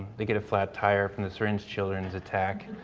they get a flat tire from the syringe children's attack